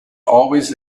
always